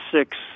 six